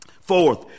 fourth